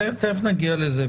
תכף נגיע לזה.